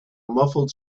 muffled